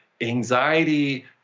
Anxiety